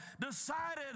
decided